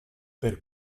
per